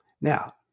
Now